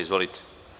Izvolite.